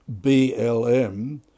BLM